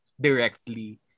directly